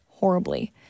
Horribly